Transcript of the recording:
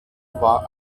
war